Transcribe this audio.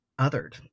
othered